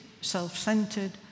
self-centered